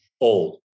old